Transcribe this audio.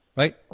Right